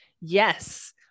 Yes